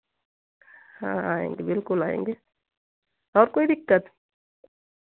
हाँ आएंगे बिल्कुल आएंगे और कोई दिक्कत